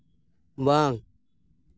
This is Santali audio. ᱵᱟᱝ